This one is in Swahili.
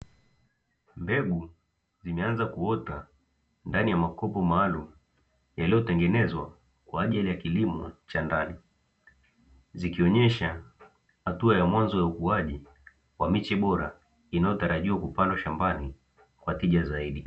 Mbegu zimeanza kuota ndani ya makopo maaalum yaliyo tengenezwa kwaajili ya kilimo cha ndani, zikionyesha hatua ya mwanzo ya ukuaji kwa miche bora inayotarajiwa kupandwa shambani kwa tija zaidi.